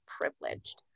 privileged